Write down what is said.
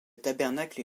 tabernacle